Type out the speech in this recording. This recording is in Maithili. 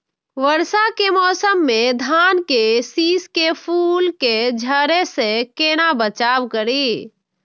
वर्षा के मौसम में धान के शिश के फुल के झड़े से केना बचाव करी?